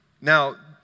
Now